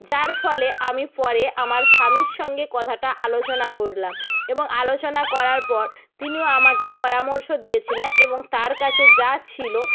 যার ফলে আমি পরে আমার স্বামীর সঙ্গে কথাটা আলোচনা করলাম এবং আলোচনা করার পর তিনিও আমাকে পরামর্শ দিয়েছিলেন এবং তার কাছে যা ছিলো